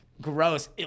gross